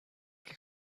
que